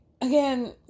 again